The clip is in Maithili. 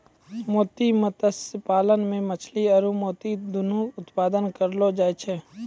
मोती मत्स्य पालन मे मछली आरु मोती दुनु उत्पादन करलो जाय छै